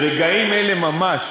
ברגעים אלה ממש,